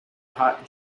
hot